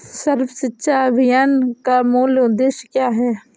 सर्व शिक्षा अभियान का मूल उद्देश्य क्या है?